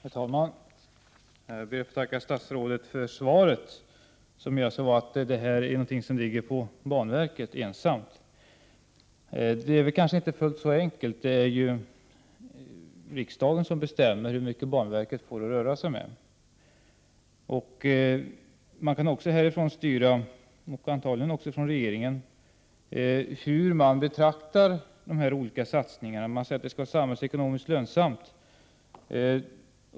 Herr talman! Jag ber att få tacka statsrådet för svaret, som innebär att detta är någonting som ankommer på banverket ensamt. Det är kanske inte fullt så enkelt. Det är ju riksdagen som bestämmer hur mycket banverket får att röra sig med. Man kan också härifrån — och antagligen även från regeringen — styra hur man skall betrakta dessa olika satsningar. Man säger att det skall vara samhällsekonomiskt lönsamt.